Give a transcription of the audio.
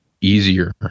easier